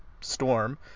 Storm